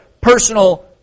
personal